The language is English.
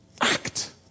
act